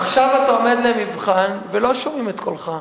עכשיו אתה עומד למבחן, ולא שומעים את קולך.